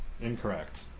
Incorrect